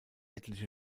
etliche